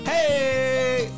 Hey